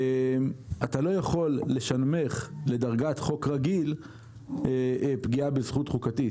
אתה לא יכול "לשנמך" לדרגת חוק רגיל פגיעה בזכות חוקתית.